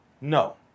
No